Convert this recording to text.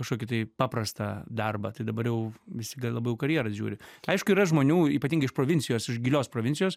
kažkokį tai paprastą darbą tai dabar jau visi gal labiau į karjeras žiūri aišku yra žmonių ypatingai iš provincijos iš gilios provincijos